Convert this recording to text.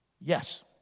Yes